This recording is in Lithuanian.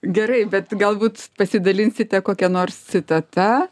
gerai bet galbūt pasidalinsite kokia nors citata